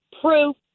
proof